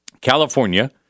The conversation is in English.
California